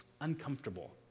uncomfortable